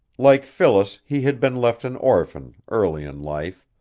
like phyllis he had been left an orphan early in life,